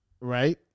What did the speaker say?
right